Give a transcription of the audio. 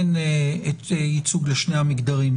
אין ייצוג לשני המגדרים,